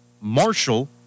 Marshall